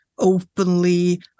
openly